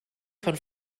von